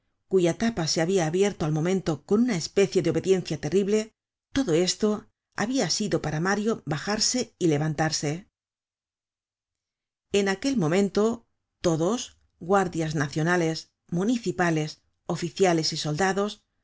cuya tapa se habia abierto al momento con una especie de obediencia terrible todo esto habia sido para mario bajarse y levantarse en aquel momento todos guardias nacionales municipales oficiales y soldados